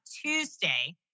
Tuesday